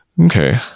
Okay